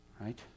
Right